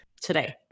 today